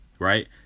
right